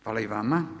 Hvala i vama.